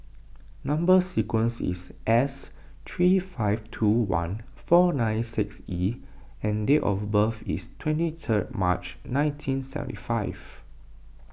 Number Sequence is S three five two one four nine six E and date of birth is twenty third March nineteen seventy five